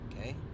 Okay